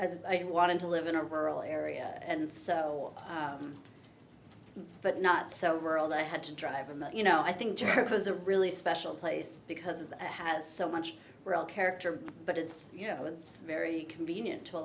as i wanted to live in a rural area and so but not so world i had to drive and you know i think has a really special place because of that has so much real character but it's you know it's very convenient to a